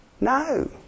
No